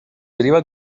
deriva